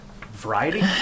variety